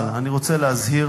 אבל אני רוצה להזהיר